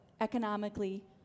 economically